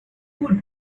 good